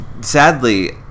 Sadly